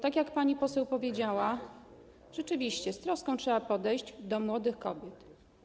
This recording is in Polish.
Tak jak pani poseł powiedziała, rzeczywiście z troską trzeba podejść do młodych kobiet.